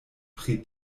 pri